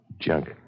Junk